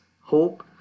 hope